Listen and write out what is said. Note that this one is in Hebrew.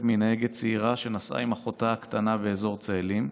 מנהגת צעירה שנסעה עם אחותה הקטנה באזור צאלים,